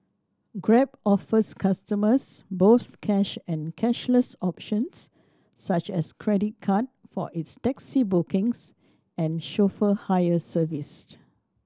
grab offers customers both cash and cashless options such as credit card for its taxi bookings and chauffeur hire serviced